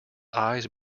eyes